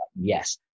yes